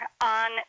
on